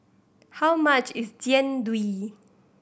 how much is Jian Dui